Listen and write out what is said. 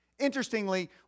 Interestingly